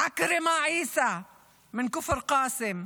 עכרמה עיסא מכפר קאסם,